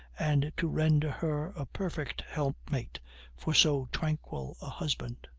and to render her a perfect helpmate for so tranquil a husband.